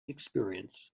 experience